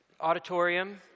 auditorium